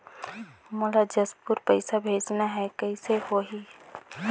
मोला जशपुर पइसा भेजना हैं, कइसे होही?